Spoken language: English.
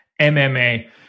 MMA